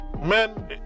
Men